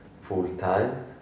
full-time